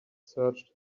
searched